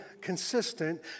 consistent